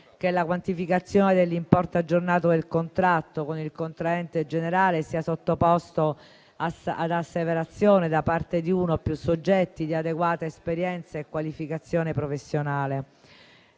che la quantificazione dell'importo aggiornato del contratto con il contraente generale sia sottoposta ad asseverazione da parte di uno o più soggetti di adeguata esperienza e qualificazione professionale.